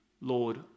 Lord